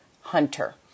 Hunter